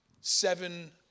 seven